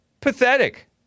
pathetic